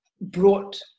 brought